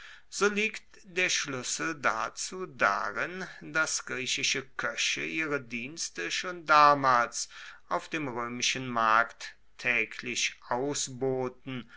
so liegt der schluessel dazu darin dass griechische koeche ihre dienste schon damals auf dem roemischen markt taeglich ausboten